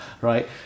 right